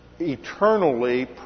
eternally